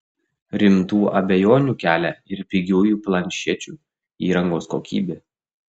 rimtų abejonių kelia ir pigiųjų planšečių įrangos kokybė